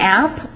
app